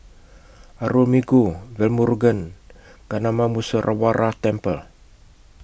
Arulmigu Velmurugan Gnanamuneeswarar Temple